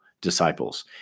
disciples